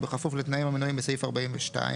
ובכפוף לתנאים המנויים בסעיף 42,